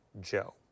Joe